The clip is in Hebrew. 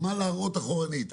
מה להראות אחורנית.